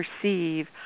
perceive